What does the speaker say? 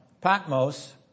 Patmos